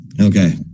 Okay